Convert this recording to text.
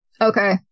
Okay